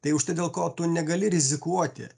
tai už tai dėl ko tu negali rizikuoti